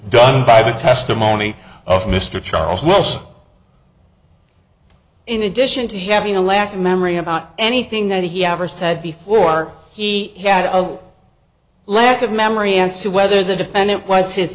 done by the testimony of mr charles wilson in addition to having a lack of memory about anything that he ever said before he had a lack of memory as to whether the defendant was his